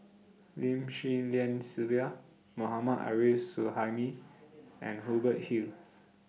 Lim Swee Lian Sylvia Mohammad Arif Suhaimi and Hubert Hill